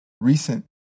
recent